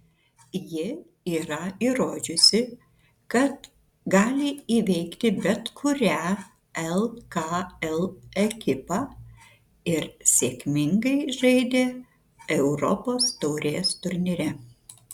ji yra įrodžiusi kad gali įveikti bet kurią lkl ekipą ir sėkmingai žaidė europos taurės turnyre